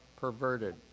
perverted